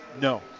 No